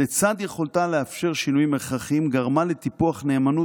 "לצד יכולתה לאפשר שינויים הכרחיים גרמה לטיפוח נאמנות